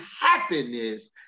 happiness